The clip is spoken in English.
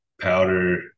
powder